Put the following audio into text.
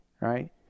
right